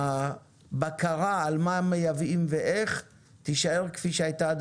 הבקרה על מייבאים ואיך תישאר כפי שהייתה עד